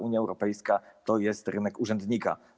Unia Europejska to rynek urzędnika.